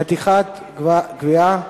נתיחת גווייה),